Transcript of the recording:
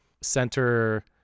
center